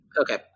Okay